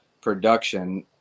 production